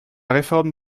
réforme